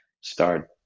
start